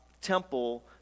temple